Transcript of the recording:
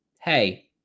hey